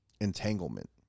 entanglement